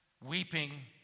weeping